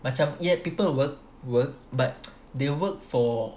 macam yeah people work work but they work for